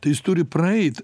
tai jis turi praeit